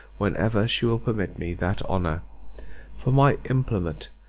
whenever she will permit me that honour for my implement,